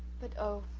but, oh,